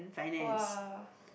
!wah!